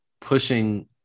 pushing